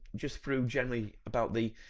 just through generally, about the,